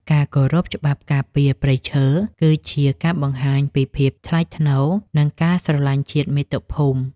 ការគោរពច្បាប់ការពារព្រៃឈើ គឺជាការបង្ហាញពីភាពថ្លៃថ្នូរ និងការស្រឡាញ់ជាតិមាតុភូមិ។